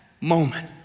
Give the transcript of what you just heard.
moment